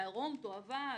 עירום, תועבה,